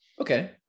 okay